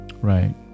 right